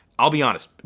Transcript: i'll be honest.